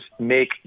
make